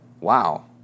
Wow